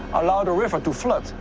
allow the river to flood,